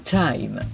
time